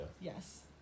Yes